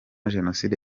jenoside